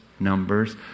numbers